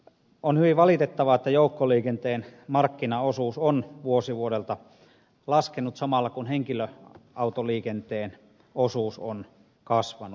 on hyvin valitettavaa että joukkoliikenteen markkinaosuus on vuosi vuodelta laskenut samalla kun henkilöautoliikenteen osuus on kasvanut